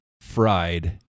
Fried